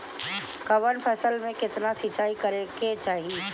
कवन फसल में केतना सिंचाई करेके चाही?